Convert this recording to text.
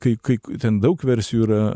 kai kai ten daug versijų yra